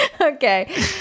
Okay